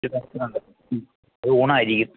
നടത്തുന്നുണ്ട് അത് ഊണായിരിക്കും